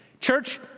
Church